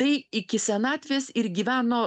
tai iki senatvės ir gyveno